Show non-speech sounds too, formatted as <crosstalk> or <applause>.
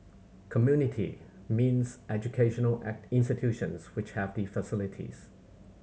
community means educational <unintelligible> institutions which have the facilities